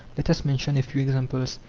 let us mention a few examples.